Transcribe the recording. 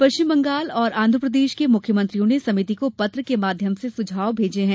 पश्चिम बंगाल और आंधप्रदेश के मुख्यमंत्रियों ने समिति को पत्र के माध्यम से सुझाव प्रेषित किये